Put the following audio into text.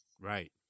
Right